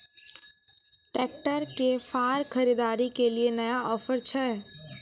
Tractor के फार खरीदारी के लिए नया ऑफर छ?